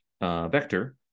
vector